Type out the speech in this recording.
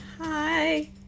Hi